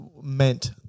meant